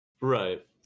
Right